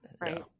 Right